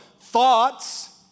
thoughts